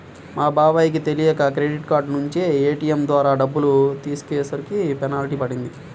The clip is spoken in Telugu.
మా బాబాయ్ కి తెలియక క్రెడిట్ కార్డు నుంచి ఏ.టీ.యం ద్వారా డబ్బులు తీసేసరికి పెనాల్టీ పడింది